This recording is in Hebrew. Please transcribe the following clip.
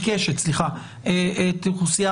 אוקיי, אגיד רק את המסקנה שלדעתי